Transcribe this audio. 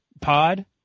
Pod